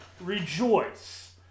Rejoice